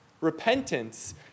Repentance